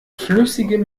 flüssigem